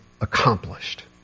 accomplished